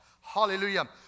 Hallelujah